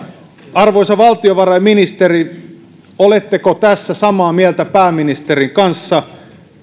arvoisa valtiovarainministeri oletteko tässä samaa mieltä pääministerin kanssa että